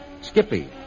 Skippy